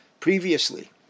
Previously